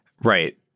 right